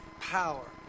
power